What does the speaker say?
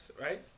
right